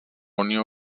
unió